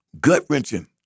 gut-wrenching